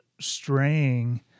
straying